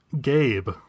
gabe